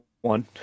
one